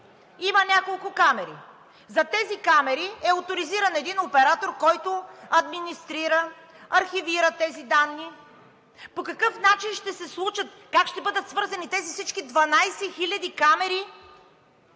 има няколко камери. За тези камери е оторизиран един оператор, който администрира, архивира тези данни. По какъв начин ще се случат, как ще бъдат свързани тези всички 12 хиляди камери?